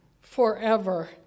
forever